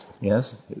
Yes